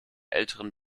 älteren